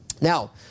Now